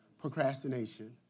Procrastination